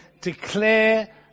declare